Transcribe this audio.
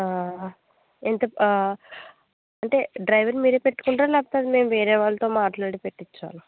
ఎంత అంటే డ్రైవెర్ని మీరే పెట్టుకుంటారా లేకపోతే అది మేము వేరే వాళ్ళతో మాట్లాడి పెట్టించాలా